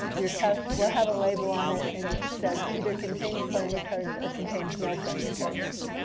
your couch will have a label on it. and it says either contains flame retardants or contains no flame retardants.